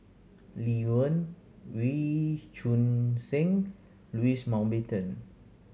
Lee Wen Wee Choon Seng Louis Mountbatten